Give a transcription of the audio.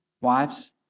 Wives